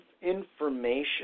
information